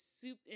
soup